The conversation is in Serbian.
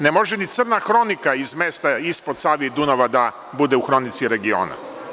Ne može ni „crna hronika“ iz mesta ispod Save i Dunava da bude u „hronici regiona“